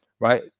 right